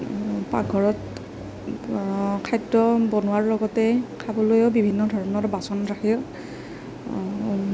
পাকঘৰত খাদ্য় বনোৱাৰ লগতে খাবলৈও বিভিন্ন ধৰণৰ বাচনজাতীয়